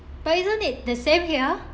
but isn't it the same here